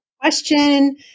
question